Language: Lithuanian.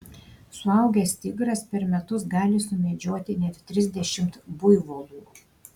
suaugęs tigras per metus gali sumedžioti net trisdešimt buivolų